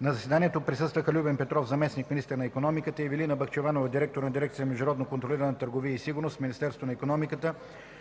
На заседанието присъстваха: Любен Петров – заместник-министър на икономиката, Ивелина Бахчеванова – директор на дирекция „Международно контролирана търговия и сигурност” в Министерство на икономиката,